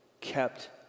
kept